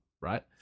right